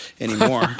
anymore